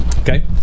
Okay